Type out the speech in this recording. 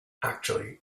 actually